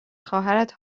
خواهرت